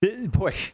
Boy